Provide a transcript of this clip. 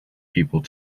people